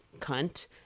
cunt